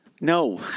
No